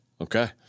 okay